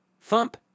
Thump